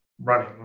running